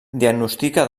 diagnostica